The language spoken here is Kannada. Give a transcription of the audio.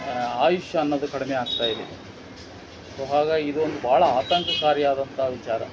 ಆಯುಷ್ಯ ಅನ್ನೋದು ಕಡಿಮೆ ಆಗ್ತಾ ಇದೆ ಸೊ ಹಾಗಾಗಿ ಇದೊಂದು ಭಾಳ ಆತಂಕಕಾರಿಯಾದಂಥ ವಿಚಾರ